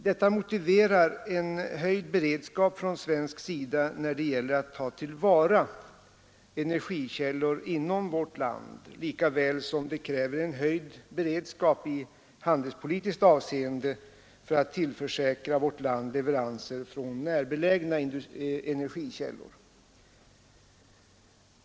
Detta motiverar en höjd beredskap från svensk sida när det gäller att ta till vara energikällor inom vårt land lika väl som det kräver en höjd beredskap i handelspolitiskt avseende för att tillförsäkra vårt land leveranser från närbelägna energikällor.